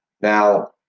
Now